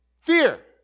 fear